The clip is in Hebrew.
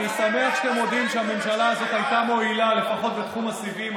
אני שמח שאתם מודים שהממשלה הזאת הייתה מועילה לפחות בתחום הסיבים,